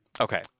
Okay